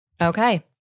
Okay